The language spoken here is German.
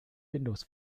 windows